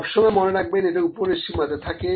সবসময় মনে রাখবেন এটা উপরের সীমাতে থাকে